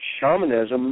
shamanism